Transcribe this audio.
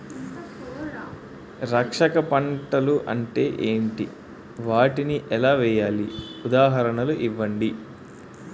రక్షక పంటలు అంటే ఏంటి? వాటిని ఎలా వేయాలి? ఉదాహరణలు ఇవ్వండి?